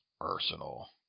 arsenal